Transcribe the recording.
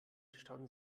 stauen